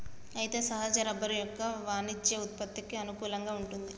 అయితే సహజ రబ్బరు యొక్క వాణిజ్య ఉత్పత్తికి అనుకూలంగా వుంటుంది